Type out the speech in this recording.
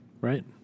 Right